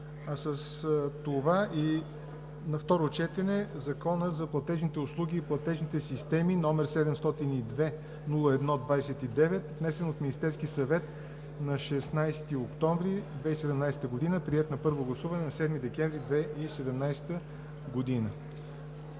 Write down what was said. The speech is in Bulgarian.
а с това и на второ четене Закон за платежните услуги и платежните системи, № 702-01-29, внесен от Министерския съвет на 16 октомври 2017 г., приет на първо гласуване на 7 декември 2017 г.